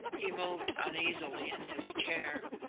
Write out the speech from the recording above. he moved uneasily in his chair.